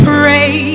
Pray